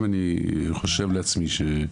אני חושב לעצמי,